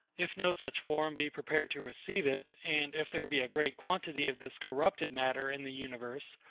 if no such form be prepared to receive it, and if there be a great quantity of this corrupted matter in the universe,